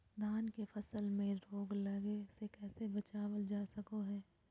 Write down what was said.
धान के फसल में रोग लगे से कैसे बचाबल जा सको हय?